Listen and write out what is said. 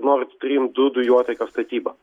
nord strym du dujotiekio statybą